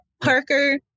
Parker